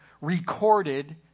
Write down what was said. recorded